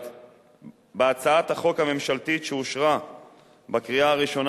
בהצעת החוק הממשלתית שאושרה בקריאה הראשונה,